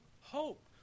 hope